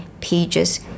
pages